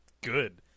good